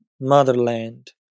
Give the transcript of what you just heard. motherland